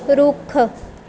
ਰੁੱਖ